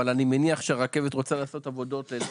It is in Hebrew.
אבל אני מניח שהרכבת רוצה לעשות עבודות?